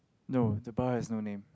no the bar has no name